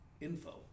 info